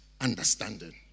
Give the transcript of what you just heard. understanding